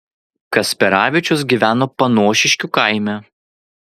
kasperavičius gyveno panošiškių kaime